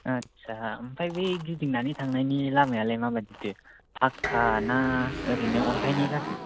आटसा ओमफ्राय बे गिदिंनानै थांनायनि लामायालाय माबादिथो फाक्का ना ओरैनो अन्थायनि जाखो